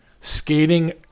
skating